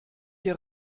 hier